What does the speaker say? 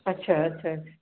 अच्छा अच्छा